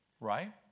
right